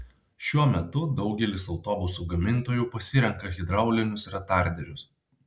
šiuo metu daugelis autobusų gamintojų pasirenka hidraulinius retarderius